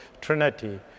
Trinity